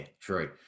true